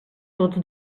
tots